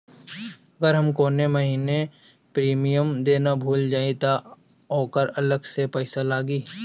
अगर हम कौने महीने प्रीमियम देना भूल जाई त ओकर अलग से पईसा लागी?